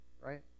Right